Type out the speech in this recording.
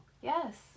Yes